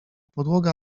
podłogę